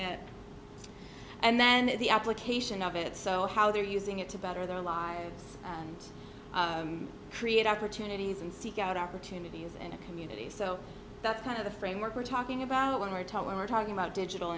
it and then the application of it so how they're using it to better their lives and create opportunities and seek out opportunities and communities so that's kind of the framework we're talking about when we're told when we're talking about digital